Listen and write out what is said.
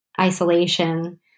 isolation